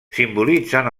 simbolitzen